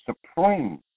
supreme